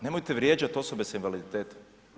Nemojte vrijeđati osobe s invaliditetom.